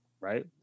right